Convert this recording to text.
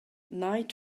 night